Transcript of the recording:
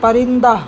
پرندہ